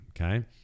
Okay